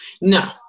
no